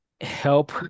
help